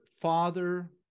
father